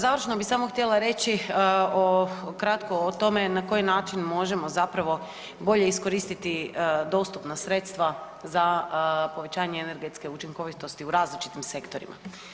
Završno bi samo htjela reći kratko o tome na koji način možemo zapravo bolje iskoristiti dostupna sredstva za povećanje energetske učinkovitosti u različitim sektorima.